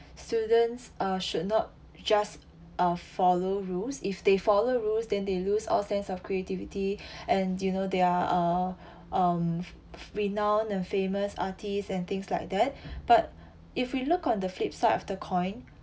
students uh should not just uh follow rules if they follow rules then they lose all sense of creativity and you know they are uh um renown and famous artists and things like that but if we look on the flip side of the coin